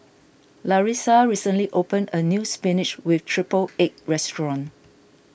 Larissa recently opened a new Spinach with Triple Egg restaurant